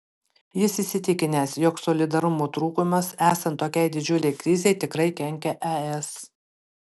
jis įsitikinęs jog solidarumo trūkumas esant tokiai didžiulei krizei tikrai kenkia es